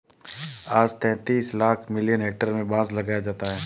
आज तैंतीस lakh million hectare में बांस लगाया जाता है